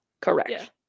correct